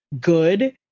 good